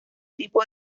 tipo